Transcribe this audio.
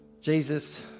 Jesus